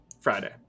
Friday